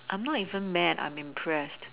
I am not even mad I am impressed